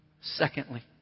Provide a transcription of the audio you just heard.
Secondly